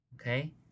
Okay